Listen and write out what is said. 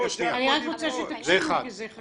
אני רק רוצה שתקשיב, כי זה חשוב.